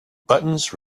buttons